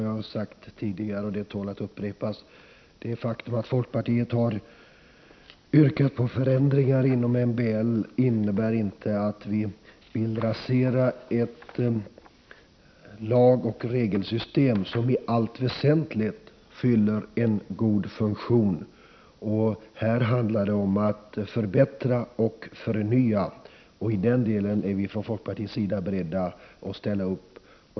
Jag har tidigare sagt, och det tål att upprepas, att det faktum att folkpartiet har yrkat på förändringar av MBL inte innebär att vi vill rasera ett lagoch regelsystem som i allt väsentligt fyller en god funktion. Här handlar det om att förbättra och förnya, och i den delen är vi i folkpartiet beredda att ställa upp.